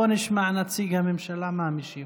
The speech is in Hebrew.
בואי נשמע את נציג הממשלה, מה הוא משיב.